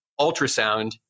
ultrasound